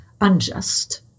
unjust